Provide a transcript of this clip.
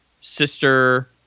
sister